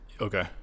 Okay